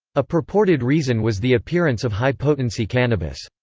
a purported reason was the appearance of high potency cannabis.